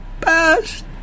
best